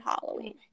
Halloween